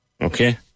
Okay